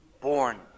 born